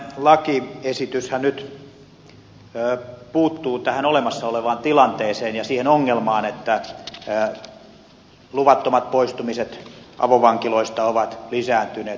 tämä lakiesityshän nyt puuttuu tähän olemassa olevaan tilanteeseen ja siihen ongelmaan että luvattomat poistumiset avovankiloista ovat lisääntyneet huomattavasti